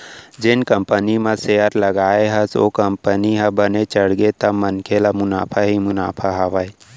जेन कंपनी म सेयर लगाए हस ओ कंपनी ह बने चढ़गे त मनखे ल मुनाफा ही मुनाफा हावय